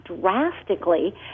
drastically